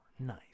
nice